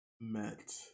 met